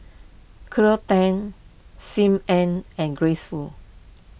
Cleo Thang Sim Ann and Grace Fu